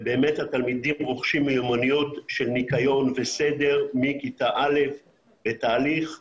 ובאמת התלמידים רוכשים מיומנויות של ניקיון וסדר מכיתה א' בתהליך סדור.